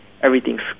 Everything's